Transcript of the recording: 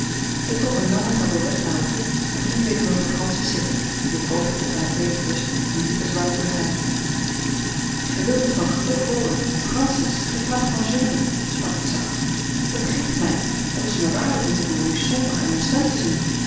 ik trok een lange tabouret naar mij toe en ging tegenover francis zitten die het hoofd op de canapé liet rusten in diepe zwaarmoedigheid gij wilt niet van geluk hooren francis gij klaagt van gêne sprak ik zacht dat grieft mij het was mij waarlijk niet te doen om u somber en ontstemd te zien